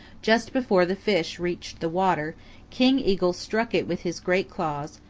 just before the fish reached the water king eagle struck it with his great claws,